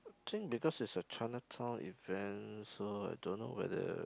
since because it's a Chinatown event so I don't know whether